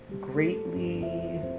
greatly